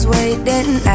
Waiting